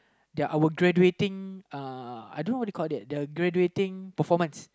their our graduating uh I dunno what you call it their graduating performance